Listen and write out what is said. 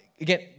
again